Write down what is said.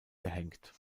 gehängt